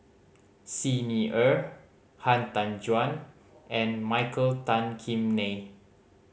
Xi Ni Er Han Tan Juan and Michael Tan Kim Nei